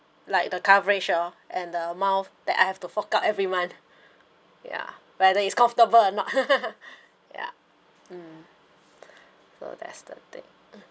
like the coverage oh and the amount that I have to fork out every month ya whether is comfortable or not yeah mm so that's the thing